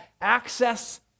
access